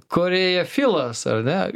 korėja filas ar ne